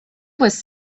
was